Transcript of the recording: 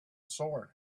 sword